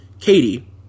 Katie